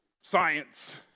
Science